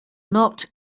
not